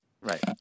right